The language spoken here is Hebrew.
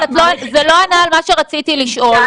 אבל זה לא ענה על מה שרציתי לשאול.